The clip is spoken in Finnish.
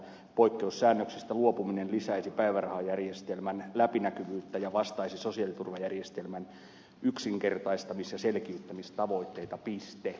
poikkeussäännöksistä luopuminen lisäisi päivärahajärjestelmän läpinäkyvyyttä ja vastaisi sosiaaliturvajärjestelmän yksinkertaistamis ja selkiyttämistavoitetta